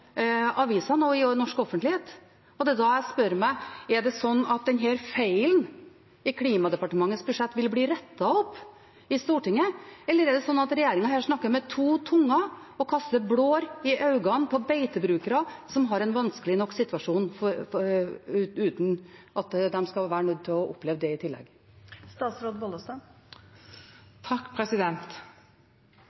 og i norsk offentlighet. Det er da jeg spør meg: Er det slik at denne feilen i Klimadepartementets budsjett vil bli rettet opp i Stortinget, eller er det slik at regjeringen her snakker med to tunger og kaster blår i øynene på beitebrukere, som har en vanskelig nok situasjon uten at de skal være nødt til å oppleve det i tillegg?